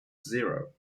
zero